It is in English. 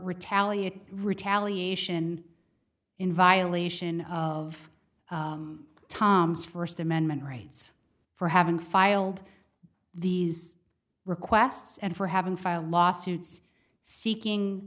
retaliating retaliation in violation of tom's first amendment rights for having filed these requests and for having filed lawsuits seeking